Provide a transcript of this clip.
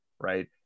right